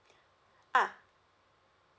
ah